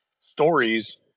stories